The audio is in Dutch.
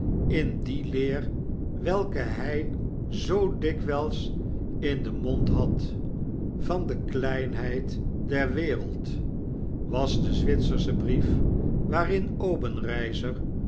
in die leer welke hy zoo dikwijls in denmond had van de kleinheid der wereld was de zwitsersche brief waarin